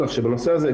כך שבנושא הזה,